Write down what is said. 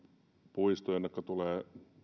puistoja joihinka tulee